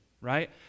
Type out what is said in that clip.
right